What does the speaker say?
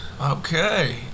Okay